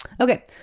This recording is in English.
okay